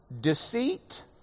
Deceit